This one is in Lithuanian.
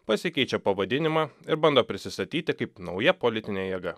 pasikeičia pavadinimą ir bando prisistatyti kaip nauja politinė jėga